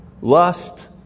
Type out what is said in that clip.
Lust